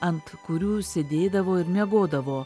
ant kurių sėdėdavo ir miegodavo